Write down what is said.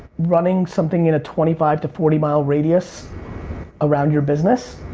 running something in a twenty five to forty mile radius around your business,